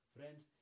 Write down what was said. Friends